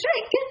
trick